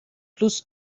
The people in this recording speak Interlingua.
plus